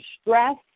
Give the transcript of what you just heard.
stress